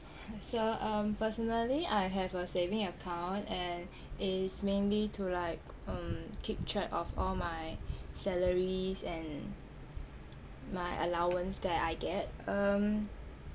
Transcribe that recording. so um personally I have a saving account and it's mainly to like um keep track of all my salaries and my allowance that I get um